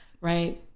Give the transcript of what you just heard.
right